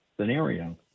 scenario